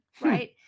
right